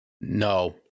No